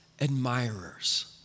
admirers